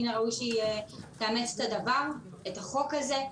מן הראוי שתאמץ את החוק הזה.